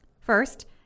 First